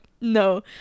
no